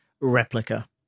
Replica